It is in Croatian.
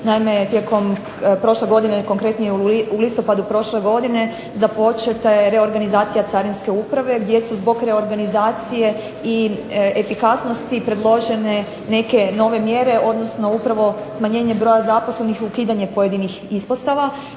Naime tijekom prošle godine, konkretnije u listopadu prošle godine započeta je reorganizacija carine gdje su zbog reorganizacije i efikasnosti predložene neke nove mjere, odnosno upravo smanjenje broja zaposlenih i ukidanje pojedinih ispostava.